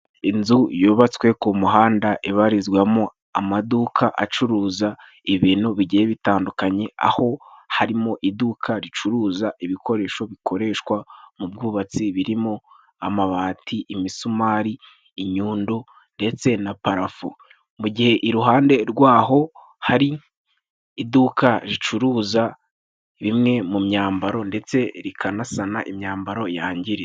Inzu yubatswe ku muhanda ibarizwamo amaduka acuruza ibintu bigiye bitandukanye. Aho harimo iduka ricuruza ibikoresho bikoreshwa mu bwubatsi birimo amabati, imisumari, inyundo ndetse na parafo. Mu gihe iruhande rw'aho hari iduka ricuruza imwe mu myambaro ndetse rikanasana imwe mu myambaro yangiritse.